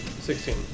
sixteen